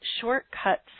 shortcuts